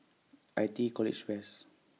I T E College West